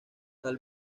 tal